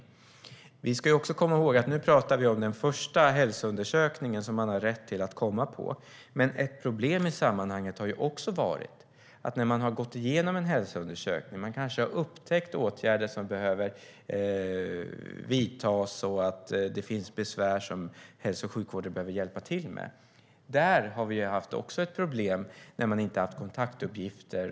Vi ska också komma ihåg att nu pratar vi om den första hälsoundersökningen som man har rätt att komma på. Ett problem i sammanhanget har dock också varit att när man har gått igenom en hälsoundersökning och det kanske har upptäckts att åtgärder behöver vidtas och att det finns besvär som hälso och sjukvården behöver hjälpa till med, så har det inte funnits kontaktuppgifter.